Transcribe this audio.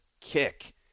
kick